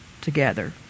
together